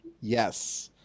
yes